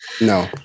No